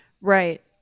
Right